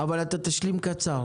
תשלים בקצרה.